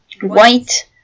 white